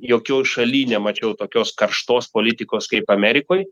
jokioj šalyje nemačiau tokios karštos politikos kaip amerikoj